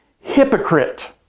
hypocrite